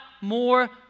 more